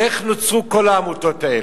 איך נוצרו כל העמותות האלה.